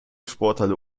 sporthalle